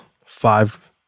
five